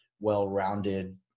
well-rounded